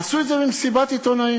עשו את זה במסיבת עיתונאים.